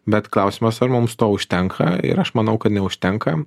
bet klausimas ar mums to užtenka ir aš manau kad neužtenka